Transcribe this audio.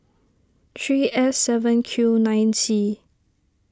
three S seven Q nine C